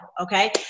Okay